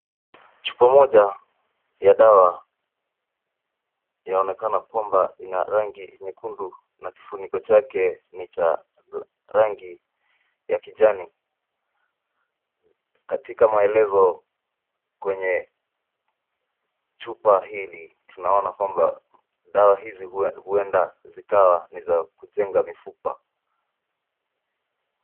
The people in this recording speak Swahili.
Chupa mmoja ya dawa yaonekana kwamba ina rangi nyekundu na kifuniko chake ni cha rangi ya kijani. Katika maelezo kwenye chupa hili tunaona kwamba dawa hizi huenda zikawa ni za kujenga mifupa.